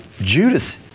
Judas